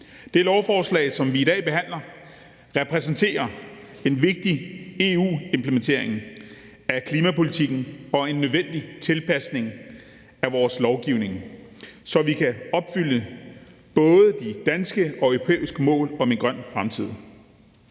Det lovforslag, som vi behandler her, repræsenterer en vigtig EU-implementering af klimapolitikken og en nødvendig tilpasning af vores lovgivning, så vi kan opfylde både de danske og de europæiske mål om en grøn fremtid.